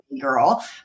girl